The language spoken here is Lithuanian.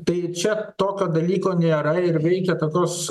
tai čia tokio dalyko nėra ir veikia tokios